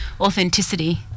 authenticity